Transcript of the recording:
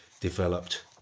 developed